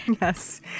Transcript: Yes